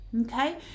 Okay